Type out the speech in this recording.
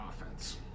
offense